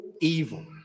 evil